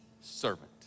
servant